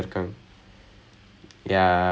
business லே:le oh my god